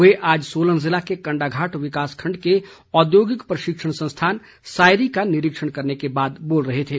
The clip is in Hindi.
वे आज सोलन जिला के कण्डाघाट विकासखण्ड के औद्योगिक प्रशिक्षण संस्थान सायरी का निरीक्षण करने के बाद बोल रहे थे